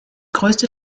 größte